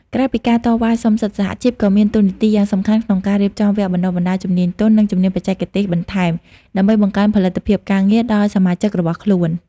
ក្រៅពីការតវ៉ាសុំសិទ្ធិ សហជីពក៏មានតួនាទីយ៉ាងសំខាន់ក្នុងការរៀបចំវគ្គបណ្តុះបណ្តាលជំនាញទន់ និងជំនាញបច្ចេកទេសបន្ថែម ដើម្បីបង្កើនផលិតភាពការងារដល់សមាជិករបស់ខ្លួន។